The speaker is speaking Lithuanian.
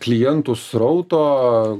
klientų srauto